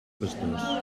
pastors